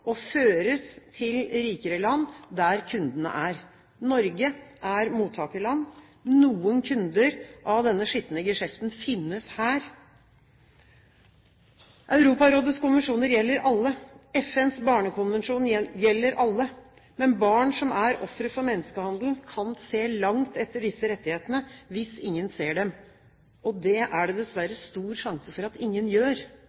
og føres til rikere land der kundene er. Norge er mottakerland. Noen kunder av denne skitne geskjeften finnes her. Europarådets konvensjoner gjelder alle. FNs barnekonvensjon gjelder alle. Barn som er ofre for menneskehandel, kan se langt etter disse rettighetene hvis ingen ser dem. Det er det dessverre stor sjanse for at ingen gjør.